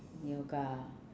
yoga